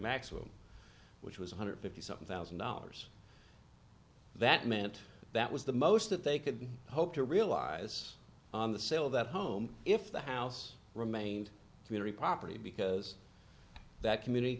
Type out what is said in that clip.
maximum which was one hundred fifty seven thousand dollars that meant that was the most that they could hope to realize on the sale of that home if the house remained community property because that community